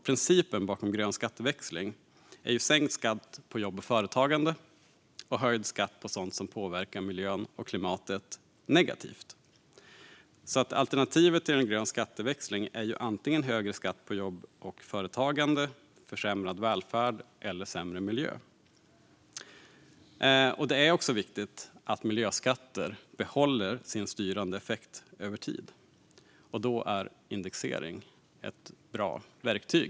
Principen bakom grön skatteväxling är ju sänkt skatt på jobb och företagande och höjd skatt på sådant som påverkar miljön och klimatet negativt. Alternativet till en grön skatteväxling är antingen högre skatt på jobb och företagande, försämrad välfärd eller sämre miljö. Det är också viktigt att miljöskatter behåller sin styrande effekt över tid. Då är indexering ett bra verktyg.